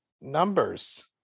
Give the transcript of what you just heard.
numbers